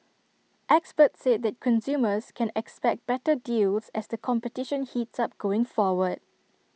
experts said that consumers can expect better deals as the competition heats up going forward